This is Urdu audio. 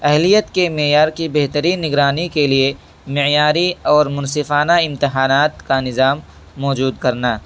اہلیت کے معیار کی بہترین نگرانی کے لئے معیاری اور منصفانہ امتحانات کا نظام موجود کرنا